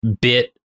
bit